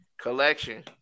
Collection